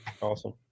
Awesome